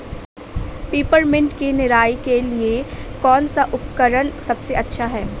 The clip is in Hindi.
पिपरमिंट की निराई के लिए कौन सा उपकरण सबसे अच्छा है?